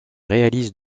réalise